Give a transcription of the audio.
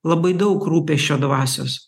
labai daug rūpesčio dvasios